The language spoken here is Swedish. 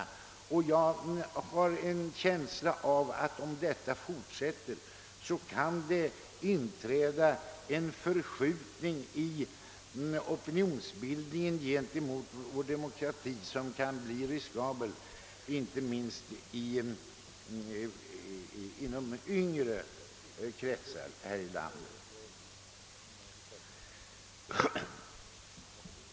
Jag har en känsla av att det, om dessa förhållanden fortsätter, kan inträda en förskjutning i opinionsbildningen inte minst inom yngre kretsar i landet gentemot vår demokrati som kan bli riskabel.